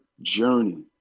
journey